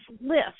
list